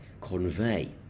convey